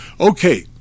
Okay